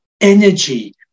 energy